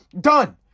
done